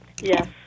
Yes